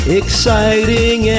exciting